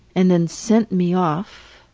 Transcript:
and then sent me off,